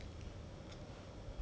orh Crystal leh